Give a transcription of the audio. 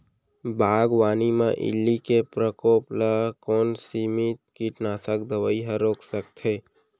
बागवानी म इल्ली के प्रकोप ल कोन सीमित कीटनाशक दवई ह रोक सकथे?